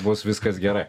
bus viskas gerai